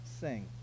sing